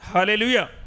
Hallelujah